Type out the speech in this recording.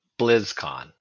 BlizzCon